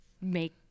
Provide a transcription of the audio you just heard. make